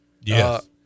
Yes